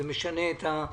זה משנה את כל הדברים.